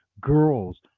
Girls